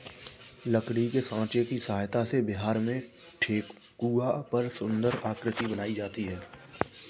लकड़ी के साँचा की सहायता से बिहार में ठेकुआ पर सुन्दर आकृति बनाई जाती है